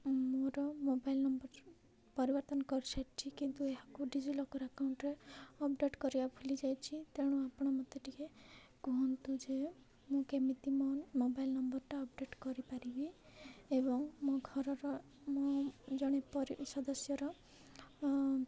ମୋର mobile number ପରିବର୍ତ୍ତନ କରିସାରଛି କିନ୍ତୁ ଏହାକୁ ଡିଜିିଲକର୍ ଆକାଉଣ୍ଟ୍ରେ ଅପ୍ଡେଟ୍ କରିବା ଭୁଲି ଯାଇଛି ତେଣୁ ଆପଣ ମୋତେ ଟିକିଏ କୁହନ୍ତୁ ଯେ ମୁଁ କେମିତି ମୋ ମୋବାଇଲ୍ ନମ୍ବର୍ଟା ଅପ୍ଡ଼େଟ୍ କରିପାରିବି ଏବଂ ମୋ ଘରର ମୋ ଜଣେ ସଦସ୍ୟର